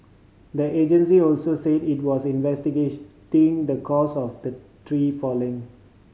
the agency also said it was investigating the cause of the tree falling